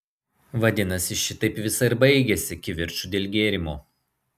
vadinasi šitaip visa ir baigiasi kivirču dėl gėrimo